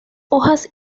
hojas